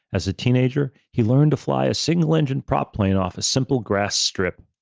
as a teenager, he learned to fly a single engine prop plane off a simple grass strip.